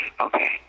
Okay